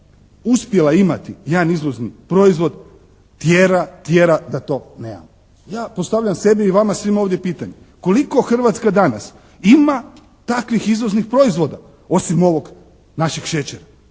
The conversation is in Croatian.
uspjela imati jedan izvozni proizvod tjera, tjera da to nemamo. Ja postavljam sebi i vama svima ovdje pitanje. Koliko Hrvatska danas ima takvih izvoznih proizvoda osim ovog našeg šećera.